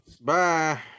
Bye